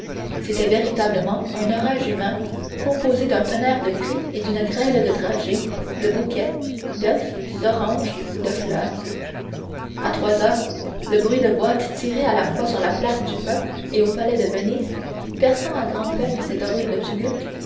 c'était véritablement un orage humain composé d'un tonnerre de cris et d'une grêle de dragées de bouquets d'oeufs d'oranges de fleurs à trois heures le bruit de boîtes tirées à la fois sur la place du peuple et au palais de venise perçant à grand-peine cet horrible tumulte